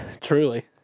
Truly